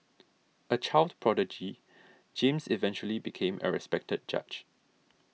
a child prodigy James eventually became a respected judge